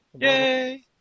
Yay